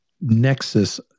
nexus